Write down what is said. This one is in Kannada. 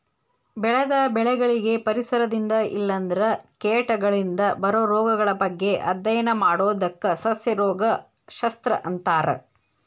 ಬೆಳೆದ ಬೆಳಿಗಳಿಗೆ ಪರಿಸರದಿಂದ ಇಲ್ಲಂದ್ರ ಕೇಟಗಳಿಂದ ಬರೋ ರೋಗಗಳ ಬಗ್ಗೆ ಅಧ್ಯಯನ ಮಾಡೋದಕ್ಕ ಸಸ್ಯ ರೋಗ ಶಸ್ತ್ರ ಅಂತಾರ